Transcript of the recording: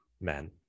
men